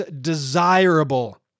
desirable